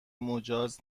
مجاز